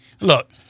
Look